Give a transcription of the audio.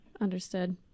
understood